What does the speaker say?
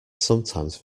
sometimes